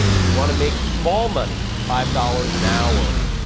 if you wanna make small money, five dollars an hour.